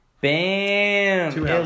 Bam